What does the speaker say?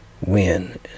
win